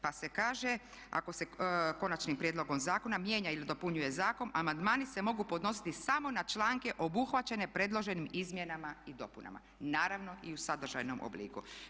Pa se kaže ako se konačnim prijedlogom zakona mijenja ili dopunjuje zakon amandmani se mogu podnositi samo na članke obuhvaćene predloženim izmjenama i dopunama, naravno i u sadržajnom obliku.